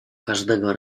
każdego